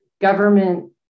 government